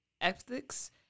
ethics